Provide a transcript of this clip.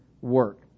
work